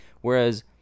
Whereas